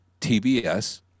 TBS